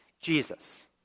Jesus